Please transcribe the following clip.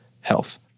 health